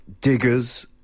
diggers